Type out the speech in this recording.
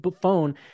phone